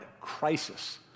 Crisis